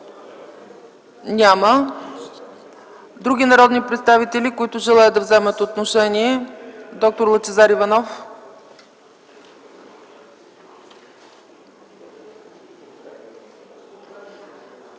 Няма. Други народни представители, които желаят да вземат отношение? Доктор Лъчезар Иванов.